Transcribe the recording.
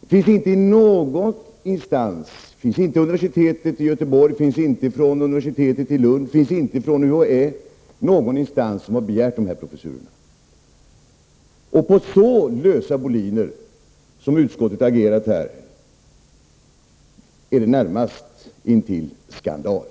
Det finns inte någon instans — inte univesitetet i Göteborg, inte universitetet i Lund, inte UHÄ - som har begärt de här professurerna. Att agera på så lösa boliner som utskottet här har gjort är näst intill en skandal.